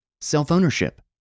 Self-ownership